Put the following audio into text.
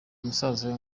musaza